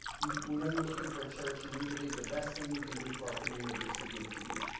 we know you're looking for a church and we believe the best thing we can do for our community is to give it to you.